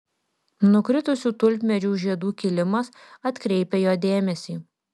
nukritusių tulpmedžių žiedų kilimas atkreipia jo dėmesį